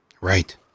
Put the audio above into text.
Right